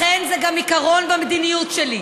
לכן, זה גם עיקרון במדיניות שלי.